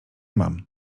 mam